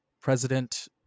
President